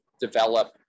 develop